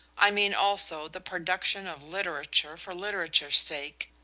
i mean also the production of literature for literature's sake,